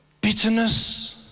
bitterness